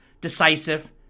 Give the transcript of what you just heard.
decisive